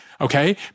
okay